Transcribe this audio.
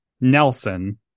Nelson